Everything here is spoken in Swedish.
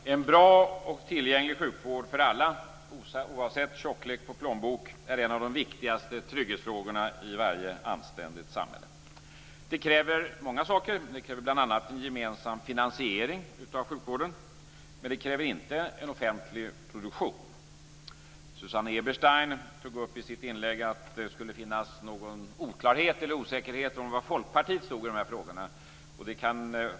Herr talman! En bra och tillgänglig sjukvård för alla oavsett tjocklek på plånboken är en av de viktigaste trygghetsfrågorna i varje anständigt samhälle. Det kräver många saker, bl.a. gemensam finansiering av sjukvården, men det kräver inte en offentlig produktion. Susanne Eberstein tog i sitt inlägg upp att det skulle finnas någon oklarhet eller osäkerhet om var Folkpartiet står i de här frågorna.